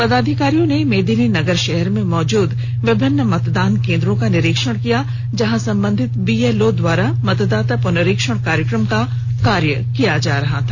पदाधिकारियों ने मेदिनीनगर शहर में मौजूद विभिन्न मतदान केंद्रों का निरीक्षण किया जहां संबंधित बीएलओ द्वारा मतदाता पुनरीक्षण कार्यक्रम का कार्य किया जा रहा था